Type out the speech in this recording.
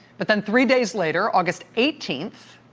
but then three days later, august eighteenth,